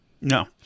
No